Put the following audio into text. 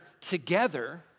together